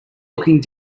looking